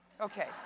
Okay